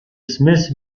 smith